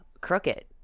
crooked